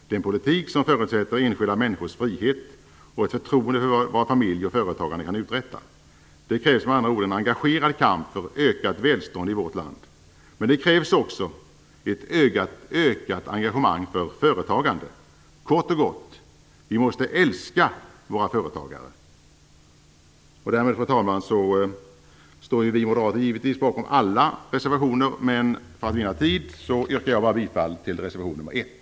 Det är en politik som förutsätter enskilda människors frihet och ett förtroende för vad familjer och företagande kan uträtta. Det krävs med andra ord en engagerad kamp för ökat välstånd i vårt land. Men det krävs också ett ökat engagemang för företagande. Kort och gott: Vi måste älska våra företagare. Fru talman! Vi moderater står givetvis bakom alla våra reservationer, men för att vinna tid yrkar jag bifall endast till reservation nr 1.